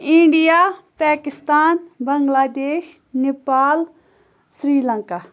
India Pakistan Bangladesh Nepal sri Lanka